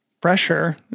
pressure